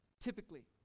typically